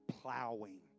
plowing